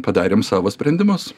padarėm savo sprendimus